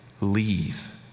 leave